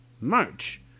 march